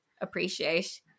appreciate